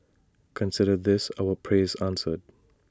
consider this our prayers answered